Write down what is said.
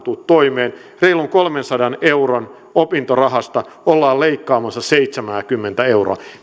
tule toimeen reilun kolmensadan euron opintorahasta ollaan leikkaamassa seitsemänkymmentä euroa